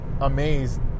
amazed